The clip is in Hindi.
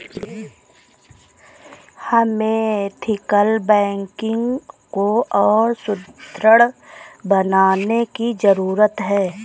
हमें एथिकल बैंकिंग को और सुदृढ़ बनाने की जरूरत है